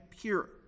pure